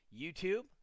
YouTube